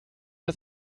das